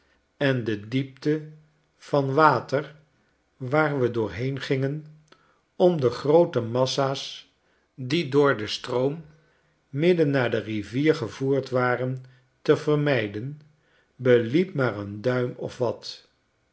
en de diepte van water waar we doorheen gingen om de groote massa's die door den stroom midden naar de rivier gevoerd waren te vermijden beliep maar een duim of wat